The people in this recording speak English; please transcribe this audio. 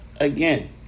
again